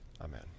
Amen